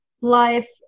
life